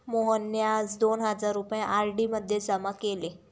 मोहनने आज दोन हजार रुपये आर.डी मध्ये जमा केले